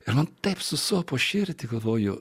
ir taip susopo širdį galvojo